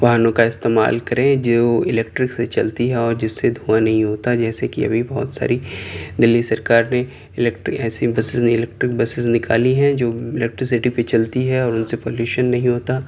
واہنوں کا استعمال کریں جو الیکٹرک سے چلتی ہیں اور جس سے دھواں نہیں A C buses electric buses نکالی ہیں جو الیکٹریسٹی پہ چلتی ہے اور ان سے پولیوشن نہیں ہوتا